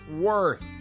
Worth